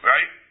Right